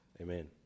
Amen